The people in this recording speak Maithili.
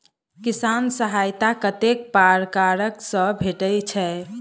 किसान सहायता कतेक पारकर सऽ भेटय छै?